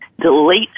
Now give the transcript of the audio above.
delete